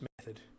method